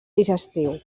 digestiu